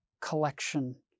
collection